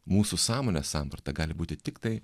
mūsų sąmonės samprata gali būti tiktai